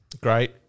Great